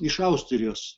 iš austrijos